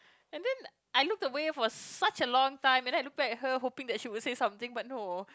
and then I looked the way for such a long time and then I looked back at her hoping that she would say something but no